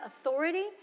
authority